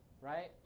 right